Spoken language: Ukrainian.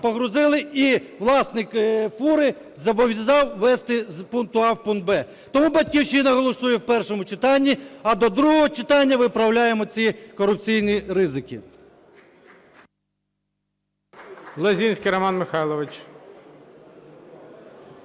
погрузили, і власник фури зобов'язав вести з пункту А в пункт Б. Тому "Батьківщина" голосує в першому читанні, а до другого читання виправляємо ці корупційні ризики.